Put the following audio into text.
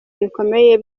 bikomeye